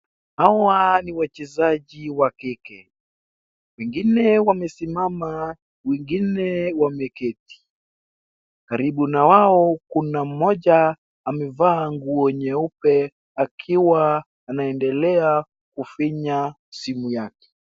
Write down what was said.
Hawa ni wachezaji wa kike, wengine wamesimama wengine wameketi. Karibu nao kuna mmoja amevaa nguo nyeupe akiwa anaendelea kufinya simu yake.